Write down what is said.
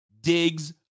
digs